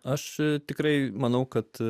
aš tikrai manau kad